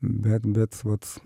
bet bet vat